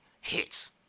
hits